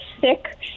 sick